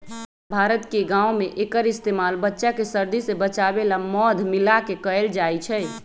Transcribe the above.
भारत के गाँव में एक्कर इस्तेमाल बच्चा के सर्दी से बचावे ला मध मिलाके कएल जाई छई